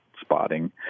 spotting